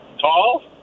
tall